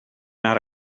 not